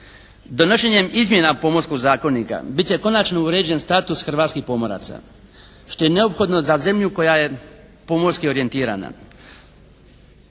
Donošenjem izmjena Pomorskog zakonika biti će konačno uređen status hrvatskih pomoraca što je neophodno za zemlju koja je pomorski orijentirana.